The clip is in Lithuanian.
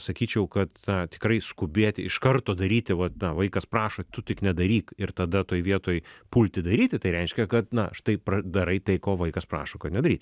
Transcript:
sakyčiau kad na tikrai skubėti iš karto daryti vat na vaikas prašo tu tik nedaryk ir tada toj vietoj pulti daryti tai reiškia kad na štai darai tai ko vaikas prašo kad nedaryt